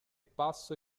passo